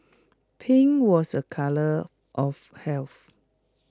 pink was A colour of health